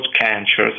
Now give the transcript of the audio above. cancers